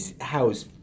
house